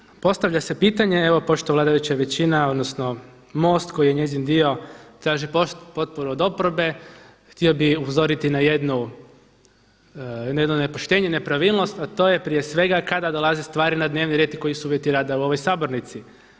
Nadalje, postavlja se pitanje evo pošto vladajuća većina odnosno MOST koji je njezin dio traži potporu od oporbe htio bi upozoriti na jednu, nepoštenje, nepravilnost a to je prije svega kada dolazi stvari na dnevni red i koji su uvjeti rada u ovoj sabornici?